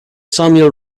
samuel